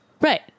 Right